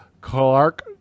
Clark